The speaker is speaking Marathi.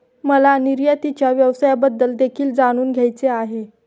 मला निर्यातीच्या व्यवसायाबद्दल देखील जाणून घ्यायचे आहे